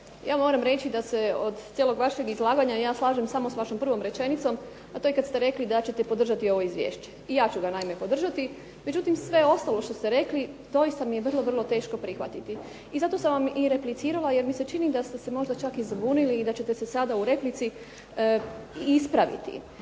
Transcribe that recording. ja moram reći da se od cijelog vašeg izlaganja ja slažem s vašom prvom rečenicom, a to je kad ste rekli da ćete podržati ovo izvješće. I ja ću ga naime podržati, međutim sve ostalo što ste rekli doista mi je vrlo, vrlo teško prihvatiti. I zato sam vam i replicirala, jer mi se čini da ste se možda čak i zbunili i da ćete se sada u replici ispraviti.